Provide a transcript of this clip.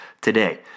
today